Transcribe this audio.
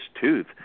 tooth